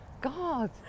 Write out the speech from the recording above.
God